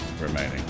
remaining